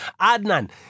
Adnan